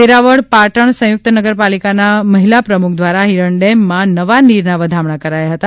વેરાવળ પાટણ સંયુક્ત નગરપાલિકાના મહિલા પ્રમુખ દ્વારા હિરણ ડેમમાં નવા નીરના વધામણા કરાયા હતા